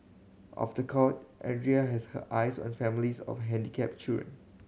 off the court Andrea has her eyes on families of handicapped children